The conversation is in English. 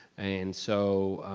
and so,